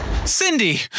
Cindy